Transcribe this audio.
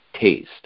taste